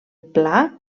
pla